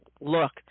look